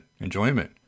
enjoyment